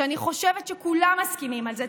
שאני חושבת שכולם מסכימים על זה.